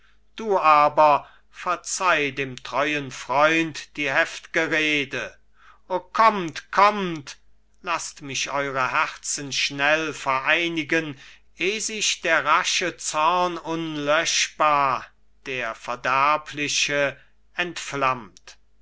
du aber verzeih dem treuen freund die heftge rede o kommt kommt laßt mich eure herzen schnell vereinigen eh sich der rasche zorn unlöschbar der verderbliche entflammt